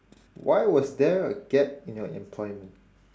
why was there a gap in your employment